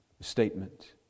statement